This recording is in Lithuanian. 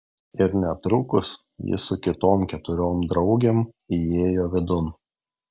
ir netrukus ji su kitom keturiom draugėm įėjo vidun